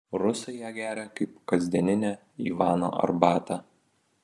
rusai ją geria kaip kasdieninę ivano arbatą